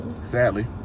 sadly